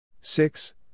Six